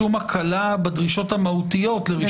שום הקלה בדרישות המהותיות לרישום מפלגה.